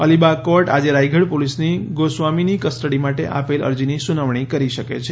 Alibag court આજે રાયગઢ પોલીસની ગોસ્વામીની કસ્ટડી માટે આપેલ અરજીની સુનવણી કરી શકે છે